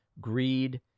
greed